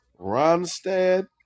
Ronstadt